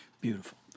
beautiful